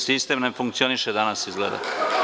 Sistem ne funkcioniše danas, izgleda.